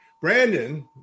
Brandon